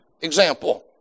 example